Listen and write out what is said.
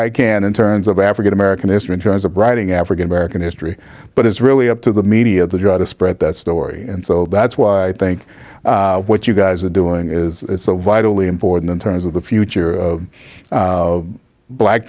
i can in terms of african american history in terms of writing african american history but it's really up to the media to try to spread that story and so that's why i think what you guys are doing is so vitally important in terms of the future of black